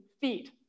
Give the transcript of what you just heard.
feet